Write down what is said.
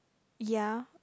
ya